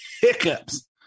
hiccups